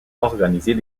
organisait